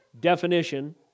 definition